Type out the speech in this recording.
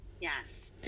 Yes